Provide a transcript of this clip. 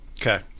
Okay